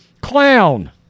Clown